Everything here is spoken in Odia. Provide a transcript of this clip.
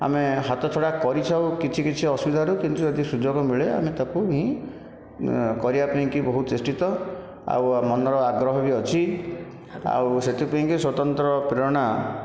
ଆମେ ହାତଛଡ଼ା କରିଥାଉ କିଛି କିଛି ଅସୁବିଧାରୁ କିନ୍ତୁ ଏଇଠି ସୁଯୋଗ ମିଳେ ଆମେ ତାକୁ ହିଁ କରିବା ପାଇଁ କି ବହୁତ ଚେଷ୍ଟିତ ଆଉ ମନରେ ଆଗ୍ରହ ବି ଅଛି ଆଉ ସେଥିପାଇଁକି ସ୍ୱତନ୍ତ୍ର ପ୍ରେରଣା